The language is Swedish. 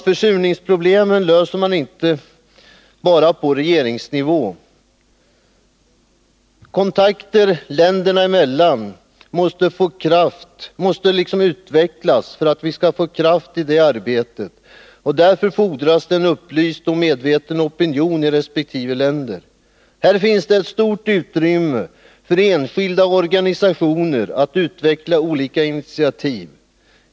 Försurningsproblemen kan emellertid inte lösas bara på regeringsnivå. Kontakter länderna emellan måste utvecklas för att vi skall få kraft i fråga om det arbetet. Därför fordras det en upplyst och medveten opinion i resp. länder. Här finns det ett stort utrymme för enskilda och organisationer när det gäller att ta olika initiativ.